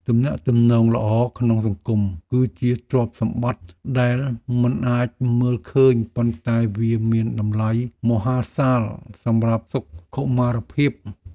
ទំនាក់ទំនងល្អក្នុងសង្គម គឺជាទ្រព្យសម្បត្តិដែលមិនអាចមើលឃើញប៉ុន្តែវាមានតម្លៃមហាសាលសម្រាប់សុខុមាលភាព។